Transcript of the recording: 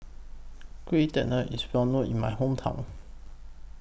Kueh Talam IS Well known in My Hometown